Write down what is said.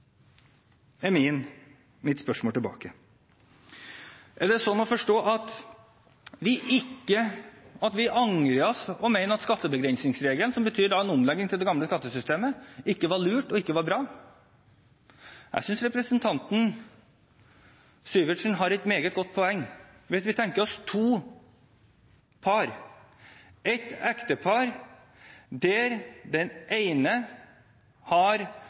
mitt spørsmål tilbake. Er det sånn å forstå at vi angrer oss og mener at skattebegrensningsregelen, som betyr en omlegging til det gamle skattesystemet, ikke var lurt og ikke var bra? Jeg synes representanten Syversen har et meget godt poeng. Hvis vi tenker oss to par, et ektepar der begge er over 50 år og et ungt nyutdannet par: når det gjelder ekteparet, der den ene